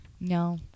No